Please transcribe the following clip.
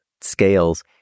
scales